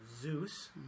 Zeus